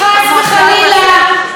חס וחלילה,